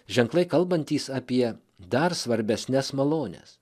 ženklai kalbantys apie dar svarbesnes malones